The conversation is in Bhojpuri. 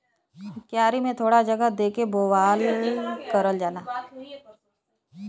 क्यारी में थोड़ा जगह दे के बोवाई करल जाला